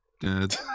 dad